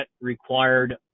required